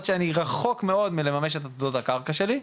שאני רחוק מאוד מלממש את עתודות הקרקע שלי,